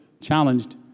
challenged